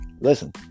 listen